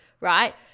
right